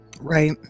Right